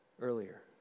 earlier